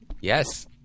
Yes